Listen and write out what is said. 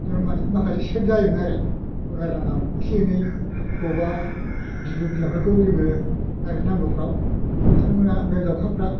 जों माखासे सेब जायोमोन आरो बोगारनाङामोन एसे एनै बबावबा बिबु बिलाफोरखौ जोङो गारहैनांगौफ्राव बिथांमोनहा बे दावखाफ्रा